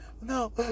no